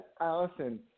Allison